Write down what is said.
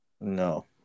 No